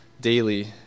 daily